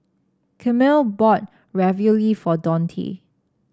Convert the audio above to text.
Camille bought Ravioli for Dontae